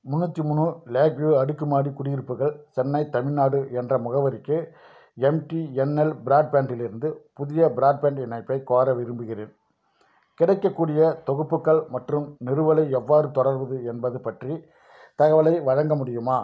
முந்நூற்றி மூணு lake view அடுக்குமாடி குடியிருப்புகள் சென்னை தமிழ்நாடு என்ற முகவரிக்கு எம்டிஎன்எல் பிராட்பேண்ட் இலிருந்து புதிய பிராட்பேண்ட் இணைப்பைக் கோர விரும்புகிறேன் கிடைக்கக்கூடிய தொகுப்புகள் மற்றும் நிறுவலை எவ்வாறு தொடர்வது என்பது பற்றிய தகவலை வழங்க முடியுமா